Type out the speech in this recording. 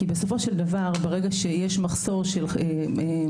כי בסופו של דבר ברגע שיש מחסור של תומכת